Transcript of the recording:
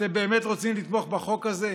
אתם באמת רוצים לתמוך בחוק הזה?